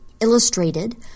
illustrated